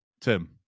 Tim